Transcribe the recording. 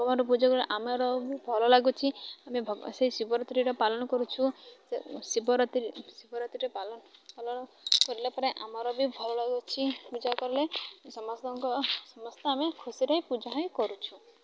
ଭଗବାନ ପୂଜା କଲେ ଆମର ବି ଭଲ ଲାଗୁଛି ଆମେ ସେ ଶିବରାତ୍ରିରେ ପାଳନ କରୁଛୁ ଶିବରାତ୍ରି ଶିବରାତ୍ରିରେ ପାଳନ ପାଳନ ପରେ ଆମର ବି ଭଲ ଲାଗୁଛି ପୂଜା କଲେ ସମସ୍ତଙ୍କ ସମସ୍ତେ ଆମେ ଖୁସିରେ ହ ପୂଜା ହିଁ କରୁଛୁ